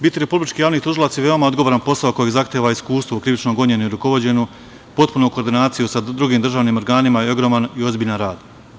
Biti republički Javni tužilac je veoma odgovoran posao koji zahteva iskustvo u krivičnom gonjenju i rukovođenju, potpunu koordinaciju sa drugim državnim organima i ogroman i ozbiljan rad.